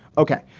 ok,